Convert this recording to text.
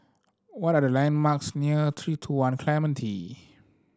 what are the landmarks near Three Two One Clementi